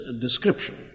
description